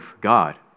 God